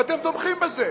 ואתם תומכים בזה.